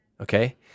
okay